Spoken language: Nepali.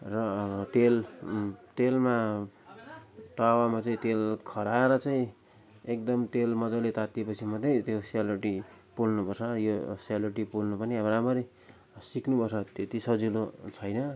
र अब तेल तेलमा तावामा चाहिँ तेल खऱ्याएर चाहिँ एकदम तेल मजाले तातिएपछि मात्रै त्यो सेलरोटी पोल्नु पर्छ यो सेलरोटी पोल्नु पनि राम्ररी सिक्नु पर्छ त्यती सजिलो छैन